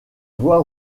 voies